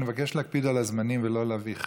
אני מבקש להקפיד על הזמנים ולא להביך,